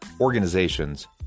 organizations